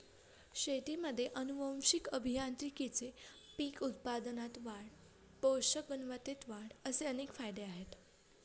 शेतीमध्ये आनुवंशिक अभियांत्रिकीचे पीक उत्पादनात वाढ, पोषक गुणवत्तेत वाढ असे अनेक फायदे आहेत